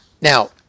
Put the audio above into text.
Now